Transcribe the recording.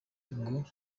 ngo